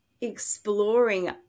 exploring